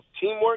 teamwork